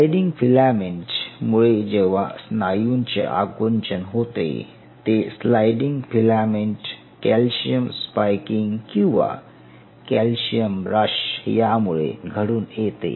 sliding filament मुळे जेव्हा स्नायूंचे आकुंचन होते ते स्लाइडिंग फिलामेंट कॅल्शियम स्पाइकिंग किंवा कॅल्शियम रश यामुळे घडून येते